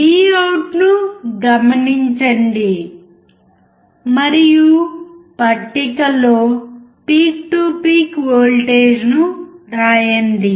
Vout ను గమనించండి మరియు పట్టికలో పీక్ టు పీక్ వోల్టేజ్ను వ్రాయండి